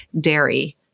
dairy